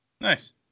Nice